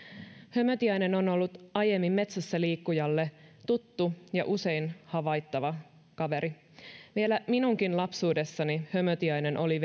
hömötiainen on ollut aiemmin metsässä liikkujalle tuttu ja usein havaittava kaveri vielä minunkin lapsuudessani hömötiainen oli